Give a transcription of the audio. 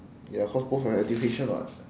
ya cause both have education what